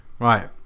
Right